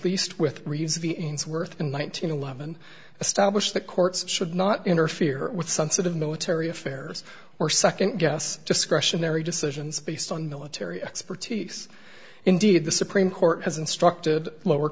least with worth in one thousand and eleven establish the courts should not interfere with some sort of military affairs or nd guess discretionary decisions based on military expertise indeed the supreme court has instructed lower